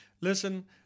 Listen